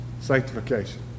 sanctification